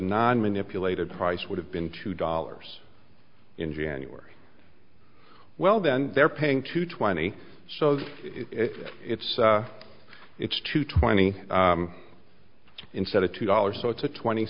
non manipulative price would have been two dollars in january well then they're paying two twenty so it's it's two twenty instead of two dollars so it's a twenty